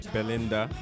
Belinda